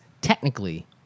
technically